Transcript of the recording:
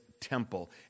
temple